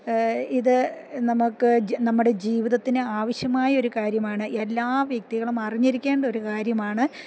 ഇത് നമുക്ക് നമ്മുടെ ജീവിതത്തിന് ആവശ്യമായ ഒരു കാര്യമാണ് എല്ലാ വ്യക്തികളും അറിഞ്ഞിരിക്കേണ്ട ഒരു കാര്യമാണ്